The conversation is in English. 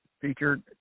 featured